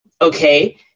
okay